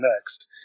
next